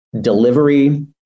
delivery